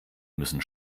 müssen